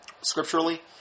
scripturally